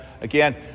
Again